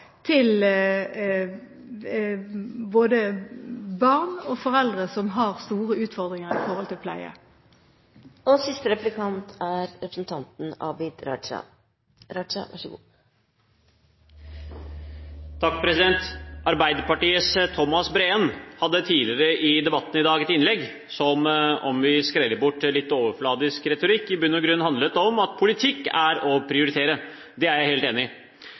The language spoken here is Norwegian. til både barn og foreldre som har store utfordringer i forhold til pleie. Arbeiderpartiets Thomas Breen hadde tidligere i debatten i dag et innlegg som, om vi skreller bort litt overfladisk retorikk, i bunn og grunn handlet om at politikk er å prioritere. Det er jeg helt enig i.